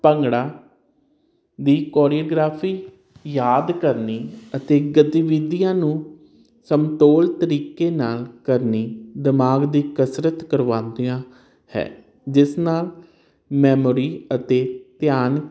ਭੰਗੜਾ ਦੀ ਕੋਰੀਓਗਰਾਫੀ ਯਾਦ ਕਰਨੀ ਅਤੇ ਗਤੀਵਿਧੀਆਂ ਨੂੰ ਸਮਤੋਲ ਤਰੀਕੇ ਨਾਲ ਕਰਨੀ ਦਿਮਾਗ ਦੀ ਕਸਰਤ ਕਰਵਾਦਿਆਂ ਹੈ ਜਿਸ ਨਾਲ ਮੈਮਰੀ ਅਤੇ ਧਿਆਨ